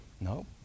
No